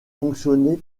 fonctionnait